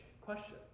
question